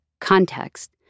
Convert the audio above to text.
context